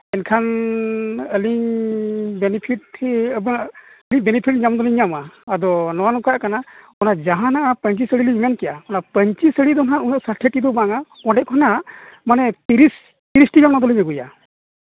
ᱮᱱᱠᱷᱟᱱ ᱡᱟᱹᱱᱤᱡ ᱟᱹᱞᱤᱧ ᱡᱟᱹᱱᱤᱡ ᱴᱷᱤᱠ ᱴᱷᱤᱠ ᱟᱵᱟᱨ ᱵᱮᱱᱤᱯᱷᱤᱴ ᱧᱟᱢ ᱫᱚᱞᱤᱧ ᱧᱟᱢᱟ ᱟᱫᱚ ᱱᱚᱜᱼᱚ ᱱᱚᱝᱠᱟᱜ ᱠᱟᱱᱟ ᱚᱱᱟ ᱡᱟᱦᱟᱱᱟᱜ ᱯᱟᱹᱧᱪᱤ ᱥᱟᱹᱲᱤ ᱞᱤᱧ ᱢᱮᱱ ᱠᱮᱫᱼᱟ ᱚᱱᱟ ᱯᱟᱹᱧᱪᱤ ᱥᱟᱹᱲᱤ ᱫᱚ ᱦᱟᱸᱜ ᱩᱱᱟᱹᱜ ᱥᱟᱴᱷᱮ ᱛᱮᱫᱚ ᱵᱟᱝᱼᱟ ᱚᱸᱰᱮ ᱠᱷᱚᱱᱟᱜ ᱢᱟᱱᱮ ᱛᱤᱨᱤᱥ ᱮᱠᱛᱤᱨᱤᱥᱴᱤ ᱜᱟᱱ ᱚᱱᱟ ᱫᱚᱞᱤᱧ ᱟᱹᱜᱩᱭᱟ